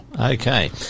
Okay